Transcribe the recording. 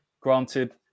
Granted